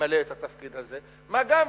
למלא את התפקיד הזה, מה גם,